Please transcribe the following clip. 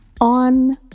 on